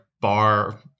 bar